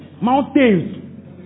Mountains